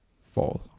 fall